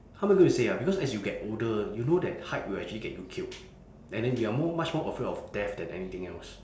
how am I gonna say ah because as you get older you know that height will actually get you killed and then we are more much more afraid of death than anything else